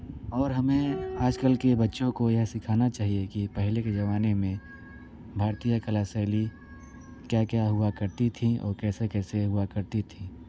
और हमेंआजकल के बच्चों को यह सिखाना चाहिए कि पहले के ज़माने में भारतीय कला शैली क्या क्या हुआ करती थी और कैसे कैसे हुआ करती थी